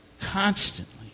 constantly